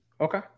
Okay